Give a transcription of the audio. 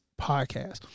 podcast